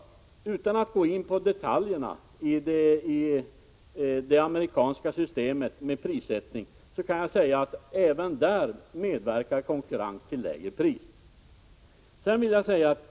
Utan att gå in på detaljerna i det amerikanska prissättningssystemet vill jag säga att även i USA medverkar konkurrens till lägre priser.